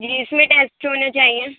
جی اس میں ٹیسٹ ہونے چاہیئیں